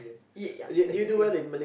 yeah yup technically